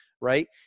Right